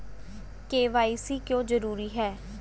KYC क्यों जरूरी है?